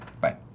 Bye